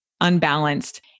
unbalanced